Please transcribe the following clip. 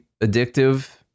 addictive